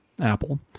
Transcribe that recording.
Apple